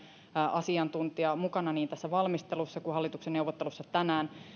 asiantuntija mukana niin tässä valmistelussa kuin hallituksen neuvottelussa tänään